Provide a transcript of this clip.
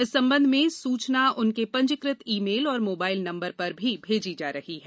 इस संबंध में सूचना उनके पंजीकृत ईमेल और मोबाइल नंबर पर भी भेजी जा रही है